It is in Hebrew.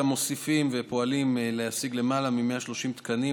גם מוסיפים ופועלים להשיג למעלה מ-130 תקנים,